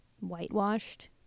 whitewashed